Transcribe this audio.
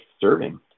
serving